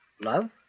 love